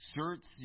shirts